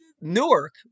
Newark